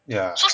yeah